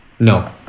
No